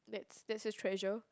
that's that's a treasure